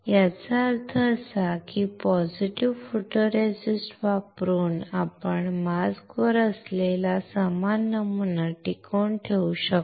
याचा अर्थ असा की पॉझिटिव्ह फोटोरेसिस्ट वापरून आपण मास्क वर असलेला समान नमुना टिकवून ठेवू शकतो